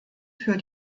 für